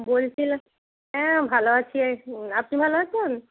বলছিলাম হ্যাঁ ভালো আছি এই আপনি ভালো আছেন